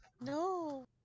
No